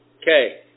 Okay